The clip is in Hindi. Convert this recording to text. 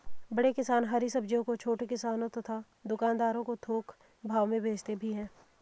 बड़े किसान हरी सब्जियों को छोटे किसानों तथा दुकानदारों को थोक भाव में भेजते भी हैं